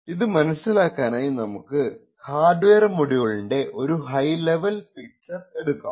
ഇത് മനസിലാക്കാനായി നമുക്ക് ഹാർഡ്വെയർ മൊഡ്യൂലിന്റെ ഒരു ഹൈ ലെവൽ പിക്ചർ എടുക്കാം